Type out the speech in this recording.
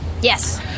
Yes